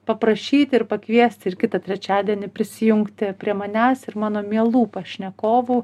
paprašyti ir pakviesti ir kitą trečiadienį prisijungti prie manęs ir mano mielų pašnekovų